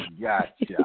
gotcha